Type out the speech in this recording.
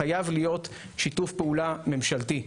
חייב להיות שיתוף פעולה ממשלתי.